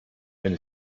wenn